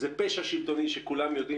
זה פשע שלטוני שכולם יודעים